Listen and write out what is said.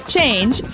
Change